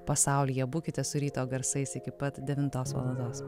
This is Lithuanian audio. pasaulyje būkite su ryto garsais iki pat devintos valandos